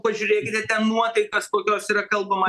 pažiūrėkite ten nuotaikas kokios yra kalbama